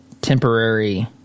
temporary